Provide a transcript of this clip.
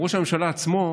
גם ראש הממשלה עצמו,